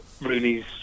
Rooney's